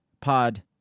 Pod